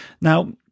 Now